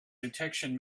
detection